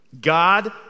God